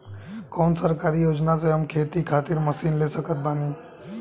कौन सरकारी योजना से हम खेती खातिर मशीन ले सकत बानी?